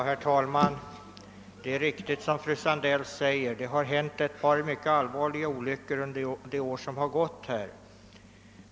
Herr talman! Det är riktigt som fröken Sandell säger, att det hänt ett par mycket allvarliga olyckor under det år som gått.